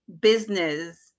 business